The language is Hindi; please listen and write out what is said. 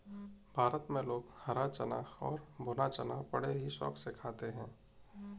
भारत में लोग हरा चना और भुना चना बड़े ही शौक से खाते हैं